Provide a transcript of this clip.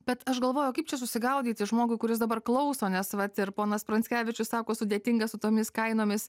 bet aš galvoju o kaip čia susigaudyti žmogui kuris dabar klauso nes vat ir ponas pranckevičius sako sudėtinga su tomis kainomis